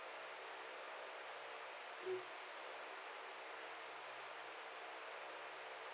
mm